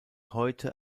heute